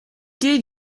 did